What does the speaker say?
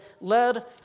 led